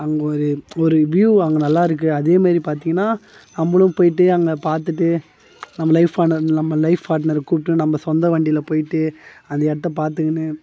அது மாரி ஒரு வியூவ் அங்கே நல்லாயிருக்கு அதே மாரி பார்த்தீங்கனா நம்மளும் போயிட்டு அங்கே பார்த்துட்டு நம்ம லைஃப்பான நம்ம லைஃப் பார்ட்னரை கூட்டுகிட்டு நம்ம சொந்த வண்டியில் போயிட்டு அந்த இடத்த பார்த்துகின்னு